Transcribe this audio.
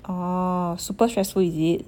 orh super stressful is it